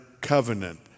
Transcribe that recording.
covenant